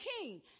king